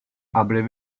for